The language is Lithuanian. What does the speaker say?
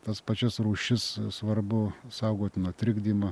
tas pačias rūšis svarbu saugoti nuo trikdymo